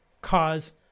cause